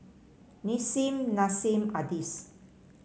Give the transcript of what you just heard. Nissim Nassim Adis